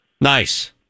Nice